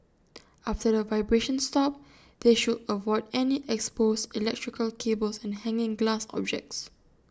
after the vibrations stop they should avoid any exposed electrical cables and hanging glass objects